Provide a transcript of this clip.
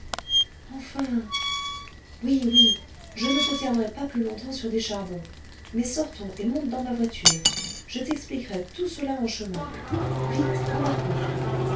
enfin oui oui je ne te tiendrai pas plus longtemps sur des charbons mais sortons et monte dans ma voiture je t'expliquerai tout cela en chemin vite embarquons